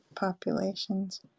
populations